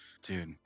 dude